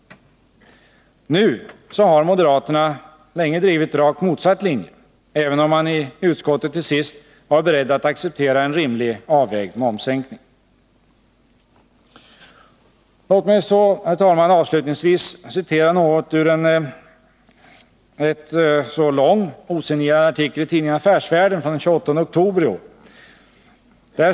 Nu har moderaterna länge drivit rakt motsatt linje, även om de i utskottet till sist var beredda att acceptera en rimligt avvägd momssänkning. Låt mig så avslutningsvis citera något ur en lång osignerad artikel i tidningen Affärsvärlden den 28 oktober i år.